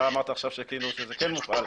אתה אמרת עכשיו כאילו זה כן מופעל.